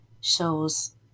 shows